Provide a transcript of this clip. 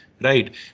right